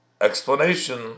explanation